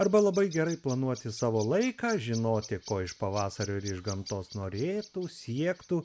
arba labai gerai planuoti savo laiką žinoti ko iš pavasario ir iš gamtos norėtų siektų